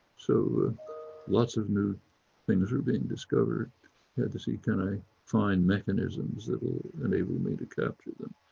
so lots of new things are being discovered. he had to see, can i find mechanisms that will enable me to capture them?